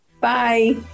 Bye